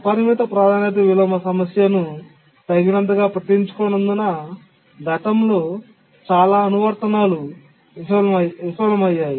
అపరిమిత ప్రాధాన్యత విలోమ సమస్యను తగినంతగా పట్టించుకోనందున గతంలో చాలా అనువర్తనాలు విఫలమయ్యాయి